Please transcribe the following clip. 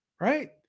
right